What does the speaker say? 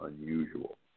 unusual